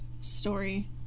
story